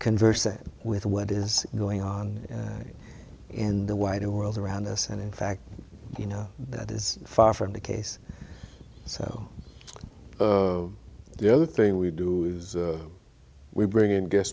conversant with what is going on in the wider world around us and in fact you know that is far from the case so the other thing we do is we bring in gues